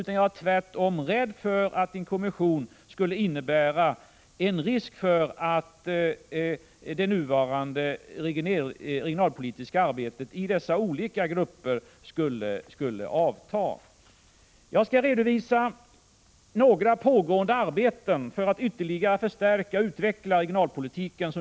Tvärtom är jag rädd för att en kommission skulle innebära en risk för att det nuvarande regionalpolitiska arbetet i dessa olika grupper skulle avta. Jag kan redovisa några arbeten i regeringskansliet som nu pågår för att ytterligare förstärka och utveckla regionalpolitiken.